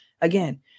Again